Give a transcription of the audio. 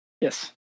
Yes